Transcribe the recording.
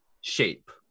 shape